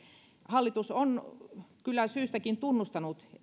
hallitus on kyllä syystäkin tunnustanut